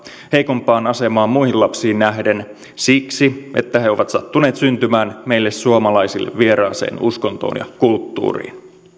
heikompaan asemaan muihin lapsiin nähden siksi että he ovat sattuneet syntymään meille suomalaisille vieraaseen uskontoon ja kulttuuriin